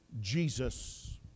Jesus